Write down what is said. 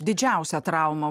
didžiausia trauma